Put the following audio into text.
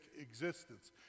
existence